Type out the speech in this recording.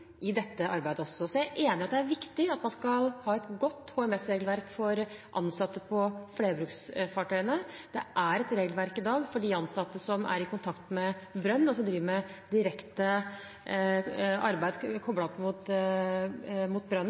i dette arbeidet også. Så jeg er enig i at det er viktig at man skal ha et godt HMS-regelverk for ansatte på flerbruksfartøyene. Det er et regelverk i dag for de ansatte som er i kontakt med brønn, og som driver med direkte arbeid koblet opp mot